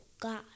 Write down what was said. God